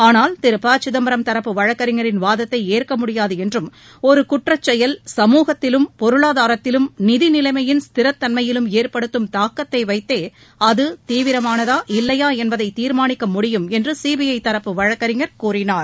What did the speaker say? ஆளால் திரு ப சிதம்பரம் தரப்பு வழக்கறிஞரின் வாதத்தை ஏற்க முடியாது என்றும் ஒரு குற்றச்செயல் சமூகத்திலும் பொருளாதாரத்திலும் நிதி நிலைமையின் ஸ்திரதன்மையிலும் ஏற்படுத்தும் தாக்கத்தை வைத்தே அது தீவிரமானதா இல்லையா என்பதை தீர்மானிக்க முடியும் என்று சிபிஐ தரப்பு வழக்கறிஞர் கூறினார்